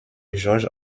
george